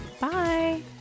Bye